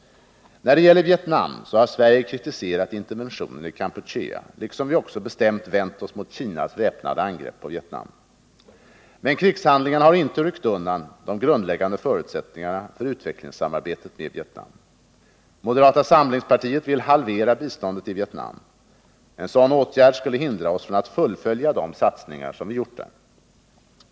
När det gäller Vietnam så har Sverige kritiserat interventionen i Kampu chea liksom vi också bestämt vänt oss mot Kinas väpnade angrepp på Vietnam. Men krigshandlingarna har inte ryckt undan de grundläggande förutsättningarna för utvecklingssamarbetet med Vietnam. Moderata samlingspartiet vill halvera biståndet till Vietnam. En sådan åtgärd skulle hindra oss från att fullfölja de satsningar vi gjort där.